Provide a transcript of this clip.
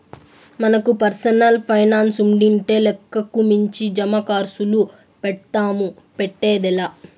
మనకు పర్సనల్ పైనాన్సుండింటే లెక్కకు మించి జమాకర్సులు పెడ్తాము, పెట్టేదే లా